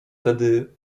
tedy